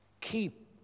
Keep